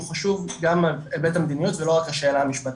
הוא חשוב גם בהיבט המדיניות ולא רק השאלה המשפטית.